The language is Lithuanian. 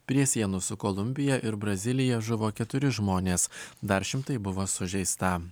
prie sienos su kolumbija ir brazilija žuvo keturi žmonės dar šimtai buvo sužeista